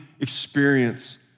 experience